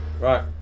Right